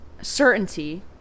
certainty